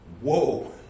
Whoa